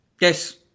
Yes